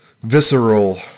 visceral